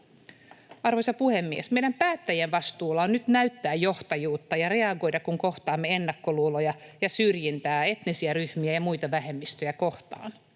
Arvoisa puhemies! Meidän päättäjien vastuulla on nyt näyttää johtajuutta ja reagoida, kun kohtaamme ennakkoluuloja ja syrjintää etnisiä ryhmiä ja muita vähemmistöjä kohtaan.